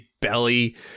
belly